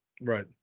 Right